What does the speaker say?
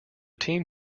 team